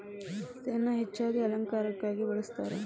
ಇದನ್ನಾ ಹೆಚ್ಚಾಗಿ ಅಲಂಕಾರಕ್ಕಾಗಿ ಬಳ್ಸತಾರ